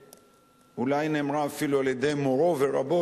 ואולי נאמרה אפילו על-ידי מורו ורבו,